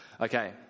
Okay